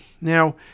Now